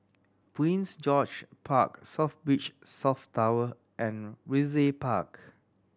Prince George Park South Beach South Tower and Brizay Park